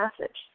message